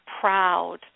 proud